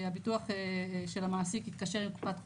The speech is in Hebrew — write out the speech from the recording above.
הביטוח של המעסיק התקשר לקופת החולים,